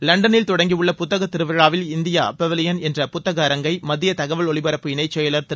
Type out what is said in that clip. லண்டனில் தொடங்கிய புத்தகத் திருவிழாவில் இந்தியா பெவிலியன் என்ற புத்தக அரங்கை மத்திய தகவல் ஒலிபரப்பு இணை செயலா் திரு